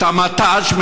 את המט"ש,